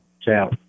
Ciao